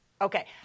Okay